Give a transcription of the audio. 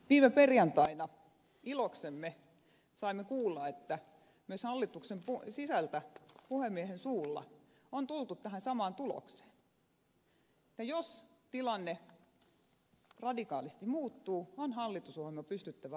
viime perjantaina iloksemme saimme kuulla että myös hallituksen sisältä puhemiehen suulla on tultu tähän samaan tulokseen että jos tilanne radikaalisti muuttuu on hallitusohjelma pystyttävä arvioimaan uudelleen